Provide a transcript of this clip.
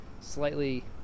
slightly